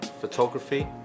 photography